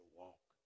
walk